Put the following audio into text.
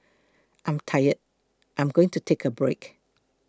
I'm tired I'm going to take a break